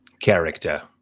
character